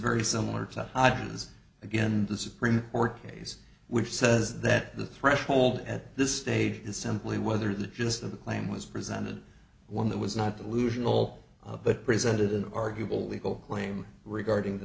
very similar to itas again the supreme court case which says that the threshold at this stage is simply whether the gist of the claim was presented one that was not delusional but presented an arguable legal claim regarding the